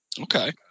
Okay